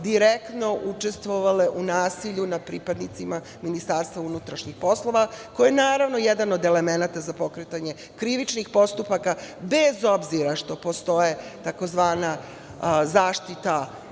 direktno učestvovale u nasilju nad pripadnicima Ministarstva unutrašnjih poslova, koji je jedan od elemenata za pokretanje krivičnih postupaka bez obzira što postoji takozvana zaštita